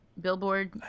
Billboard